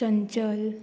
चंचल